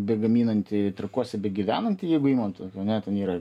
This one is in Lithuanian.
begaminantį trakuose begyvenanti jeigu imant vat ane ten yra